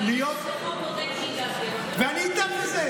להיות, אדוני, אתה מתייחס לחוק קודם שהגשתי.